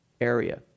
area